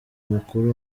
mukuru